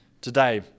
today